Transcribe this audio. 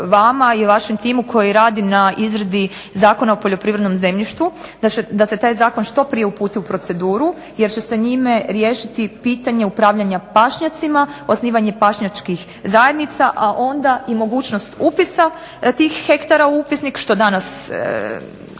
vama i vašem timu koji radi na izradi Zakona o poljoprivrednom zemljištu, da se taj zakon što prije uputi u proceduru, jer će se njime riješiti pitanje upravljanja pašnjacima, osnivanje pašnjačkih zajednica, a onda i mogućnost upisa tih hektara u upisnik, što danas